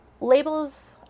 labels